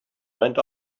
went